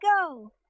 go